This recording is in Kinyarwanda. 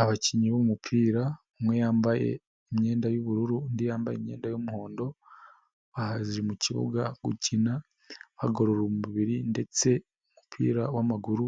Abakinnyi b'umupira umwe yambaye imyenda y'ubururu, undi yambaye imyenda y'umuhondo, baje mu kibuga gukina, bagorora umubiri ndetse umupira w'amaguru